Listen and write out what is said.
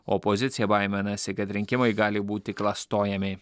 opozicija baiminasi kad rinkimai gali būti klastojami